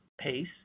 pace